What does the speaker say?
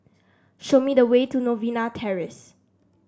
show me the way to Novena Terrace